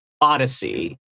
odyssey